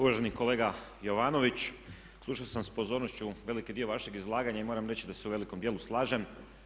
Uvaženi kolega Jovanović, slušao sam s pozornošću veliki dio vašeg izlaganja i moram reći da se u velikom dijelu slažem.